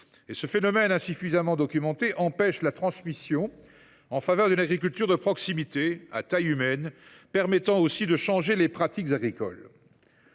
Ce phénomène, insuffisamment documenté, empêche la transmission en faveur d’une agriculture de proximité, à taille humaine, qui permettrait aussi de changer les pratiques agricoles.